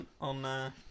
on